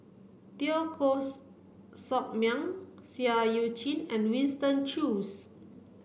Teo Koh Sock Miang Seah Eu Chin and Winston Choos